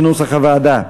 התקבל כנוסח הוועדה.